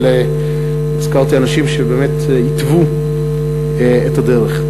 אבל הזכרתי אנשים שבאמת התוו את הדרך.